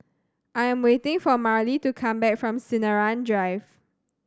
I am waiting for Marlie to come back from Sinaran Drive